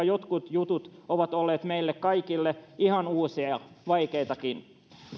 jotkut jutut ovat olleet meille kaikille ihan uusia vaikeitakin